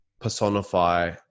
personify